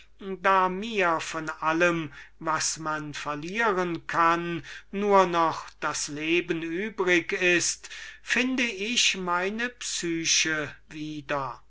da mir von allem was man verlieren kann nur noch das leben übrig ist finde ich meine psyche wieder